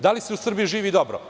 Da li se u Srbiji živi dobro?